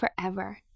forever